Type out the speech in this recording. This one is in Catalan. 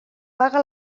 paga